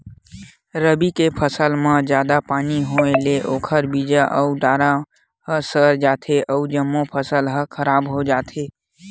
रबी के फसल म जादा पानी होए ले ओखर बीजा अउ डारा ह सर जाथे अउ जम्मो फसल ह खराब हो जाथे